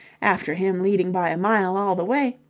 after him leading by a mile all the way.